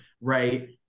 right